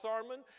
sermon